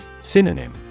Synonym